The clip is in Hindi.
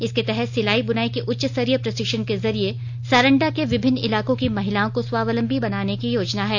इसके तहत सिलाई बुनाई के उच्च स्तरीय प्रशिक्षण के जरिए सारंडा के विभिन्न इलाकों की महिलाओं को स्वावलंबी बनाने की योजना है